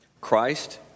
Christ